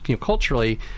culturally